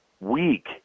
weak